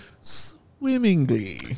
swimmingly